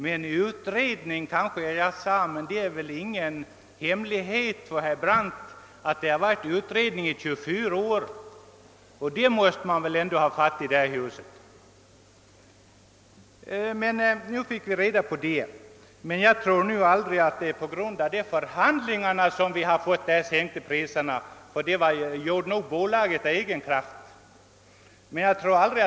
Jag använde kanske ordet utredning, men det är väl ingen nyhet för herr Brandt att utredning pågått i 24 år — det måste man ändå ha fattat i det här huset. Nu tror jag emellertid inte att det är på grund av förhandlingar som vi fått en sänkning av frakterna, utan bolaget sänkte dem nog på eget initiativ.